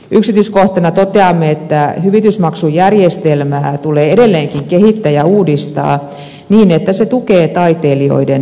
yksityiskohtana toteamme että hyvitysmaksujärjestelmää tulee edelleenkin kehittää ja uudistaa niin että se tukee taiteilijoiden toimeentuloa